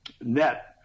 net